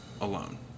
alone